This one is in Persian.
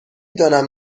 دانم